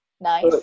Nice